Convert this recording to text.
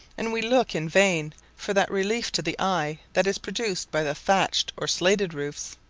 and we look in vain for that relief to the eye that is produced by the thatched or slated roofs.